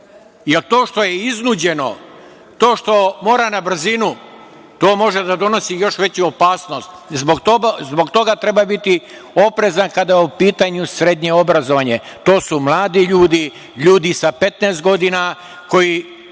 to što je iznuđeno, to što mora na brzinu to može da donosi još veću opasnost. Zbog toga treba biti oprezan kada je u pitanju srednje obrazovanje. To su mladi ljudi, ljudi sa 15 godina koji